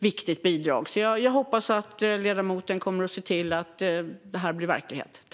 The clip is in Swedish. Jag hoppas att ledamoten kommer att se till att det blir verklighet.